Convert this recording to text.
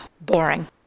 boring